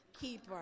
keeper